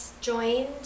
joined